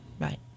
right